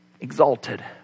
exalted